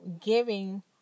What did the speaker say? giving